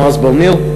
נועז בר-ניר,